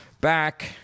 back